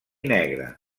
negre